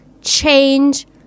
change